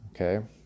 okay